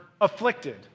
afflicted